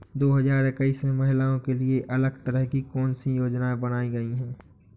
दो हजार इक्कीस में महिलाओं के लिए अलग तरह की कौन सी योजना बनाई गई है?